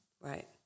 Right